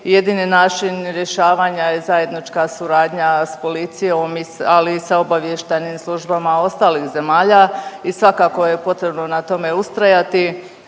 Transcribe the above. Jedini način rješavanja je zajednička suradnja sa policijom, ali i sa obavještajnim službama ostalih zemalja i svakako je potrebno na tome ustrajati